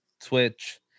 Twitch